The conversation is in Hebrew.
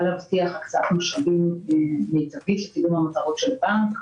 להבטיח הקצאת משאבים מיטבית לקיום המטרות של הבנק.